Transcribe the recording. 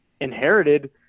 inherited